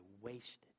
wasted